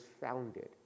founded